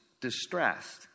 distressed